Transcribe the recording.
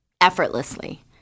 effortlessly